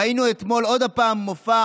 ראינו אתמול עוד פעם מופע